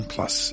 Plus